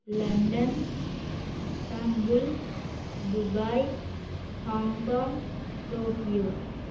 London Istanbul Dubai Hong Kong Tokyo